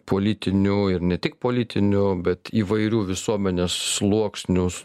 politinių ir ne tik politinių bet įvairių visuomenės sluoksnius